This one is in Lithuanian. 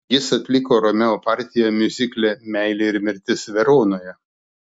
jis atliko romeo partiją miuzikle meilė ir mirtis veronoje